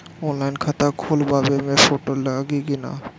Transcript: Online खाता खोलबाबे मे फोटो लागि कि ना?